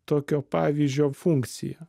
tokio pavyzdžio funkciją